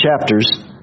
chapters